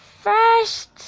first